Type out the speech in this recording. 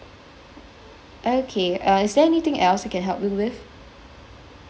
okay uh is there anything else I can help you with